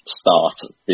start